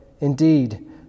Indeed